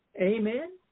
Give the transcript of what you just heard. Amen